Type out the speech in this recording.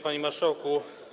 Panie Marszałku!